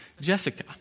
Jessica